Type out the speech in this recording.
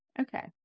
Okay